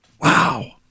Wow